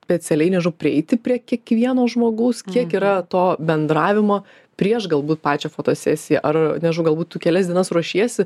specialiai nežinau prieiti prie kiekvieno žmogaus kiek yra to bendravimo prieš galbūt pačią fotosesiją ar nežinau galbūt tu kelias dienas ruošiesi